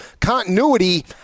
continuity